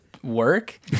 work